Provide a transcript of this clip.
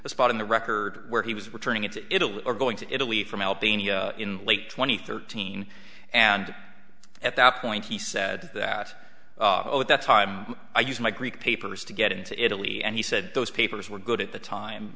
a spot in the record where he was returning it to italy or going to italy from albania in late two thousand and thirteen and at that point he said that at that time i used my greek papers to get into italy and he said those papers were good at the time